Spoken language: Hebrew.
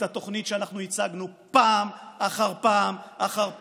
התוכנית שאנחנו הצגנו פעם אחר פעם אחר פעם: